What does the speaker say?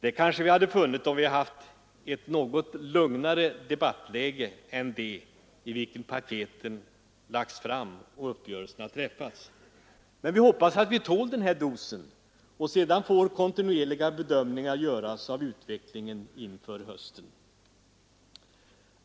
Det kanske vi hade funnit om vi hade haft ett lugnare debattläge än det i vilket paketet lagts fram och uppgörelsen träffats. Men vi hoppas att vi tål den här dosen, och sedan får kontinuerliga bedömningar av utvecklingen göras inför hösten.